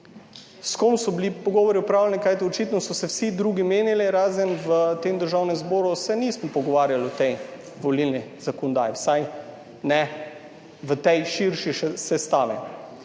S kom so bili pogovori opravljeni? Kajti očitno so se vsi drugi menili, razen v tem Državnem zboru se nismo pogovarjali o tej volilni zakonodaji, vsaj ne v tej širši sestavi,